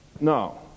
no